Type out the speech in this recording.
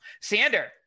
Sander